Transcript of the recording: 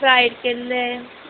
fry केल्ले